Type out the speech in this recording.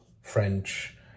French